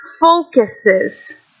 focuses